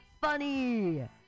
funny